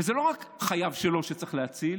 ולא רק את חייו שלו צריך להציל,